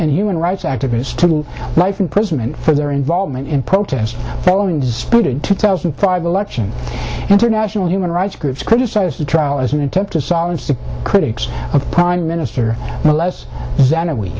and human rights activists to life imprisonment for their involvement in protests following disputed two thousand and five elections international human rights groups criticize the trial as an attempt to silence critics of prime minister less than a week